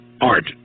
Art